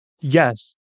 Yes